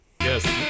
yes